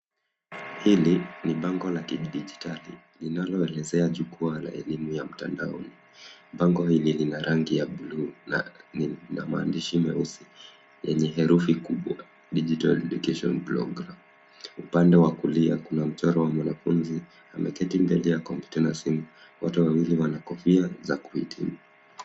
Hili ni bango la kidijitali linaloelezea jukwaa la elimu ya mtandaoni. Bango hili lina rangi ya bluu na lina maandishi meusi yenye herufi kubwa digital education program . Upande wa kulia kuna mchoro wa mwanafunzi ameketi mbele ya kompyuta na simu, wote wawili wana kofia za kuhitimu.